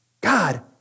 God